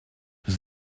nous